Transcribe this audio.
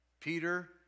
Peter